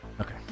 okay